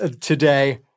today